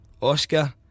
Oscar